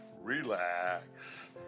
relax